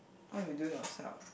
why we doing our self